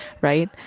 right